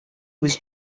was